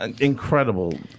incredible